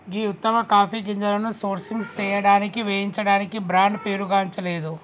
గీ ఉత్తమ కాఫీ గింజలను సోర్సింగ్ సేయడానికి వేయించడానికి బ్రాండ్ పేరుగాంచలేదు